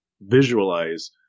visualize